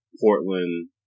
Portland